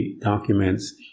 documents